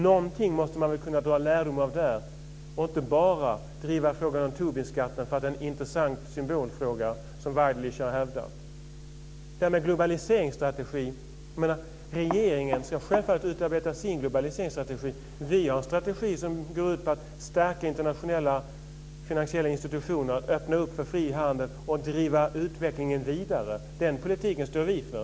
Någonting måste man väl kunna dra lärdom av det här och inte bara driva frågan om Tobinskatten för att det är en intressant symbolfråga, som Waidelich har hävdat. Regeringen ska självfallet utarbeta sin globaliseringsstrategi. Vi har en strategi som går ut på att stärka internationella finansiella institutioner, öppna upp för fri handel och driva utvecklingen vidare. Den politiken står vi för.